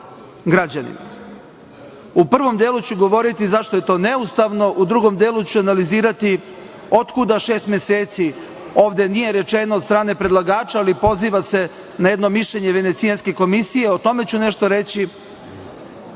prvom delu ću govoriti zašto je to neustavno, u drugom delu ću analizirati otkuda šest meseci. Ovde nije rečeno od strane predlagača, ali pozivam se na jedno mišljenje Venecijanske komisije, o tome ću nešto reći,